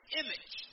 image